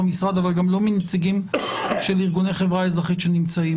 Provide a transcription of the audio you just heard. משרד אבל גם לא מנציגים של ארגוני החברה האזרחית שנמצאים.